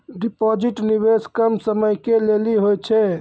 Deposit निवेश कम समय के लेली होय छै?